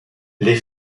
les